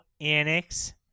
Annex